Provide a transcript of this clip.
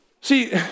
See